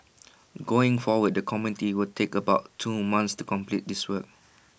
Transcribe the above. going forward the committee will take about two months to complete this work